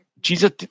Jesus